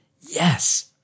yes